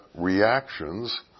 reactions